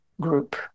group